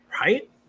right